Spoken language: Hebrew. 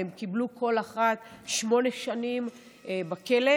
הם קיבלו פה כל אחת שמונה שנים בכלא.